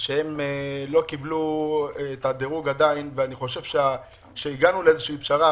שעדיין לא קיבלו את הדירוג ואני חושב שהגענו לאיזושהי פשרה.